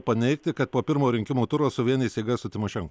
paneigti kad po pirmojo rinkimų turo suvienys jėgas su timošenko